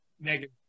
Negative